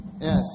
Yes